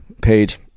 page